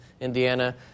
Indiana